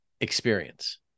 experience